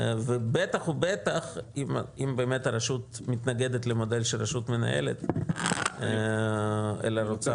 ובטח ובטח אם באמת הרשות מתנגדת למודל של רשות מנהלת אלא רוצה